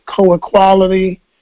co-equality